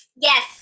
yes